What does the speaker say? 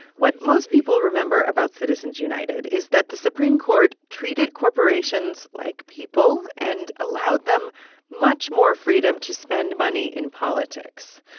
what most people remember about citizens united is that the supreme court treated corporations like people and allowed them much more freedom to spend money in politics.